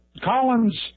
Collins